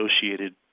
associated